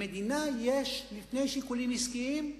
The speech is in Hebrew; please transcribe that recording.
למדינה יש לפני שיקולים עסקיים,